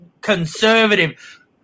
conservative